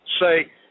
say